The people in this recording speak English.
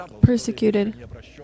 persecuted